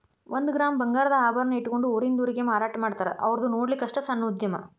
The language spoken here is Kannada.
ಒಂದ ಗ್ರಾಮ್ ಬಂಗಾರದ ಆಭರಣಾ ಇಟ್ಕೊಂಡ ಊರಿಂದ ಊರಿಗೆ ಮಾರಾಟಾಮಾಡ್ತಾರ ಔರ್ದು ನೊಡ್ಲಿಕ್ಕಸ್ಟ ಸಣ್ಣ ಉದ್ಯಮಾ